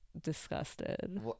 disgusted